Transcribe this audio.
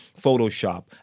Photoshop